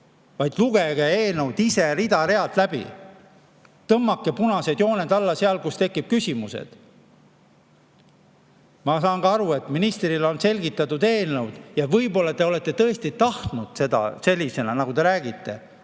vaid lugege eelnõu ise rida-realt läbi! Tõmmake punased jooned alla seal, kus tekivad küsimused! Ma saan ka aru, et ministrile on seda eelnõu selgitatud ja võib-olla te olete tõesti tahtnud seda sellisena, nagu te räägite,